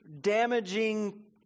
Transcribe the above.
damaging